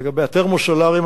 לגבי התרמו-סולריים,